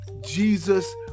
Jesus